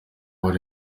ari